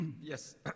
yes